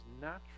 natural